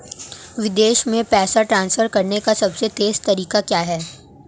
विदेश में पैसा ट्रांसफर करने का सबसे तेज़ तरीका क्या है?